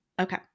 Okay